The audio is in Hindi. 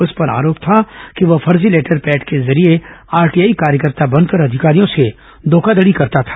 उस पर आरोप था कि वह फर्जी लेटर पैड के जरिये आरटीआई कार्यकर्ता बनकर अधिकारियों से घोखाघड़ी करता था